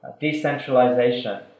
decentralization